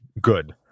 good